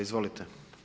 Izvolite.